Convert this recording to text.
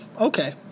Okay